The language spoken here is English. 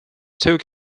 took